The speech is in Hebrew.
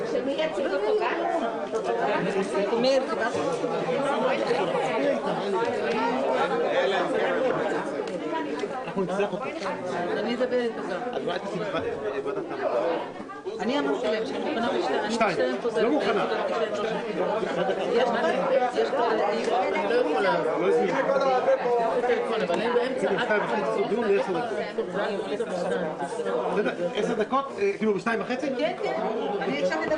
13:57.